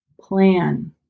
Plan